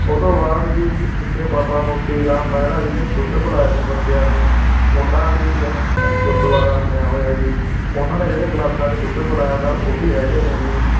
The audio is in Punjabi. ਉਹ ਤੋਂ ਬਾਅਦ ਜੀ ਇੱਥੇ ਬਾਬਾ ਮੋਤੀ ਰਾਮ ਮਹਿਰਾ ਜੀ ਨੇ ਦੁੱਧ ਪਿਲਾਇਆ ਸੀ ਬੱਚਿਆਂ ਨੂੰ ਉਹਨਾਂ ਦੀ ਯਾਦਗਾਰ 'ਚ ਗੁਰਦੁਆਰਾ ਬਣਿਆ ਹੋਇਆ ਜੀ ਉਹਨਾਂ ਨੇ ਜਿਹੜੇ ਗਲਾਸਾਂ 'ਚ ਦੁੱਧ ਪਿਲਾਇਆ ਤਾ ਉਹ ਵੀ ਹੈਗੇ ਨੇ ਜੀ